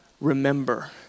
Remember